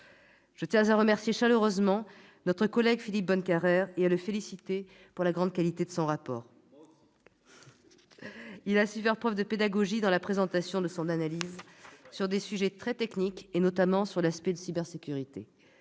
Je tiens à remercier chaleureusement notre collègue Philippe Bonnecarrère et à le féliciter pour la grande qualité de son rapport. Moi aussi ! Il a su faire preuve de pédagogie dans la présentation de son analyse sur des sujets très techniques, notamment sur l'aspect de cybersécurité.